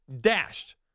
dashed